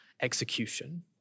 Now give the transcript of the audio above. execution